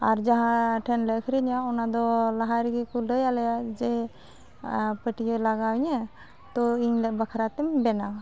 ᱟᱨ ᱡᱟᱦᱟᱸᱴᱷᱮᱱᱞᱮ ᱟᱹᱠᱷᱨᱤᱧᱟ ᱚᱱᱟᱫᱚ ᱞᱟᱦᱟᱨᱮᱜᱮ ᱠᱚ ᱞᱟᱹᱭᱟᱞᱮᱭᱟ ᱡᱮ ᱯᱟᱹᱴᱭᱟᱹ ᱞᱟᱜᱟᱣᱤᱧᱟᱹ ᱛᱳ ᱤᱧ ᱵᱟᱠᱷᱨᱟᱛᱮᱢ ᱵᱮᱱᱟᱣᱟ